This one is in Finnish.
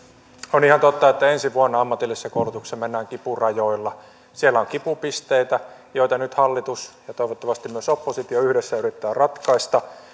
on ihan totta että ensi vuonna ammatillisessa koulutuksessa mennään kipurajoilla siellä on kipupisteitä joita nyt hallitus ja toivottavasti myös oppositio yhdessä yrittää ratkaista